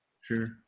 Sure